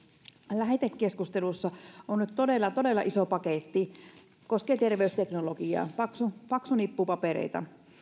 lähetekeskustelussa on nyt todella iso paketti joka koskee terveysteknologiaa paksu paksu nippu papereita